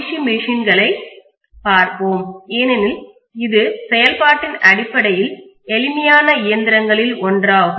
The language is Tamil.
சி மெஷின்களைஇயந்திரங்களைப் பார்ப்போம் ஏனெனில் இது செயல்பாட்டின் அடிப்படையில் எளிமையான இயந்திரங்களில் ஒன்றாகும்